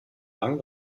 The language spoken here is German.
lang